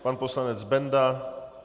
Pan poslanec Benda...